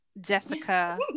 Jessica